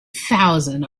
thousand